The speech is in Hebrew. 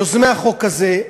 יוזמי החוק הזה,